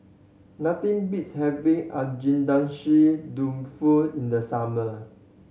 nothing beats having Agedashi Dofu in the summer